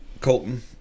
Colton